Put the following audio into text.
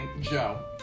Joe